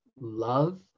love